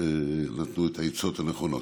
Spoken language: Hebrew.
שנתנו את העצות הנכונות.